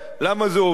למה זה עובד?